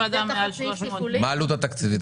מה העלות התקציבית?